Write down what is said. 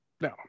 No